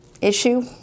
issue